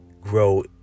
grow